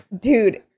Dude